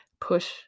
push